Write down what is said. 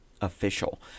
official